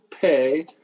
pay